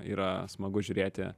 yra smagu žiūrėti